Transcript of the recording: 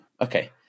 Okay